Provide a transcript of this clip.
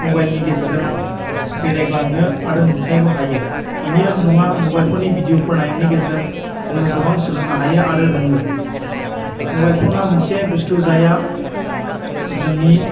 मबाइलनि गेजेरजों बेरायग्लांनो आरो नुथाइखौ हायो बेनिल' नङा मबाइल फननि भिदिअ'खौ नायनायनि गेजेरजों जोङो गोबां सोलोंनो हायो आरो रोङो मबाइल फना मोनसे बुस्टु जाया जोंनि